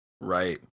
Right